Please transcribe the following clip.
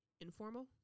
informal